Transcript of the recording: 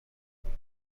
بود